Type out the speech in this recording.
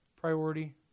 priority